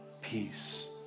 peace